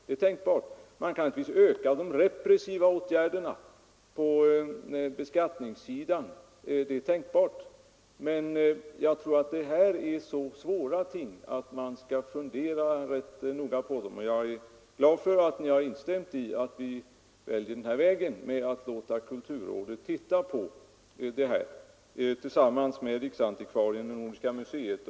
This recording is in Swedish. Man kan naturligtvis också tänka sig att öka de repressiva åtgärderna på beskattningsområdet. Men jag tror att detta är så svåra ting att man bör fundera rätt noga på dem. Jag är glad över att ni instämt i att vi bör välja vägen att låta kulturrådet studera denna fråga tillsammans med riksantikvarien och Nordiska museet.